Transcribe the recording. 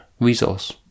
resource